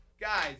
guys